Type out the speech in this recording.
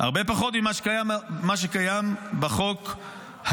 זה הרבה פחות ממה שקיים בחוק היום.